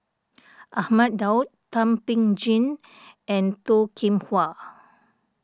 Ahmad Daud Thum Ping Tjin and Toh Kim Hwa